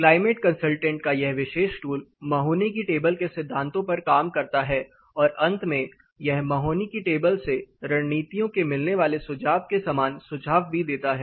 climate consultant का यह विशेष टूल महोनी की टेबल के सिद्धांतों पर काम करता है और अंत में यह महोनी की टेबल से रणनीतियों के मिलने वाले सुझाव के समान सुझाव भी देता है